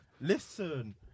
Listen